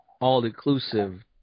all-inclusive